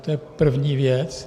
To je první věc.